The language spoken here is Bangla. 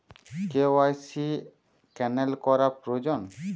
কে.ওয়াই.সি ক্যানেল করা প্রয়োজন?